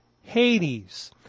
Hades